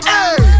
Hey